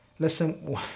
Listen